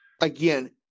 again